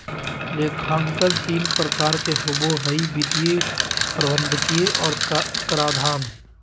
लेखांकन तीन प्रकार के होबो हइ वित्तीय, प्रबंधकीय और कराधान